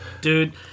Dude